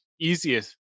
easiest